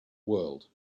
world